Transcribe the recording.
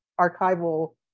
archival